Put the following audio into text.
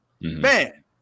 man